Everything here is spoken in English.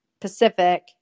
Pacific